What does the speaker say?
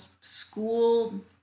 school